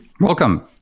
Welcome